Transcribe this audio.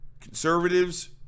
Conservatives